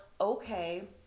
okay